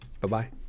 Bye-bye